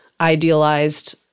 Idealized